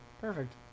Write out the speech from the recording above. Perfect